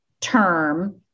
term